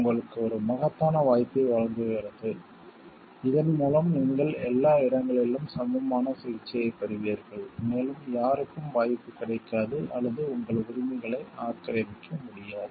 உங்களுக்கு ஒரு மகத்தான வாய்ப்பை வழங்குகிறது இதன்மூலம் நீங்கள் எல்லா இடங்களிலும் சமமான சிகிச்சையைப் பெறுவீர்கள் மேலும் யாருக்கும் வாய்ப்பு கிடைக்காது அல்லது உங்கள் உரிமைகளை ஆக்கிரமிக்க முடியாது